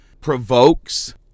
provokes